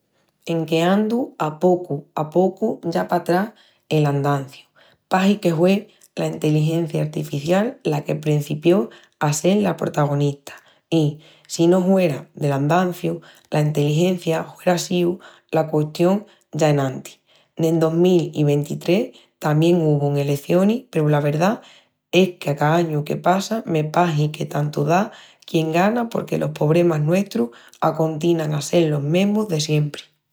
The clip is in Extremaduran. En queandu a pocu a pocu ya patrás el andanciu pahi que hue la enteligencia artificial la que prencipió a sel la protagonista i, si no huera del andanciu, la enteligencia huera síu la custión ya enantis. Nel dos mil i ventitrés tamién uvun elecionis peru la verdá es que a ca añu que passa me pahi que tantu da quien gana porque los pobremas nuestrus acontinan a sel los mesmus de siempri.